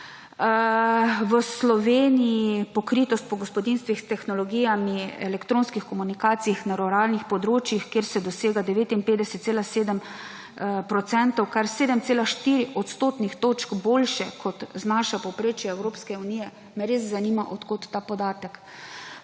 v Sloveniji pokritost po gospodinjstvih s tehnologijami elektronskih komunikacij na ruralnih področjih, kjer se dosega 59,7 procenta, kar 7,4 odstotnih točk boljše kot znaša povprečje Evropske unije, me res zanima, od kod ta podatek.